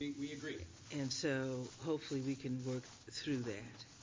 we agree and so hopefully we can work through that.